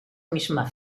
misma